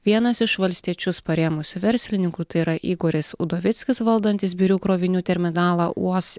vienas iš valstiečius parėmusių verslininkų tai yra igoris udovickis valdantis birių krovinių terminalą uos